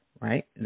right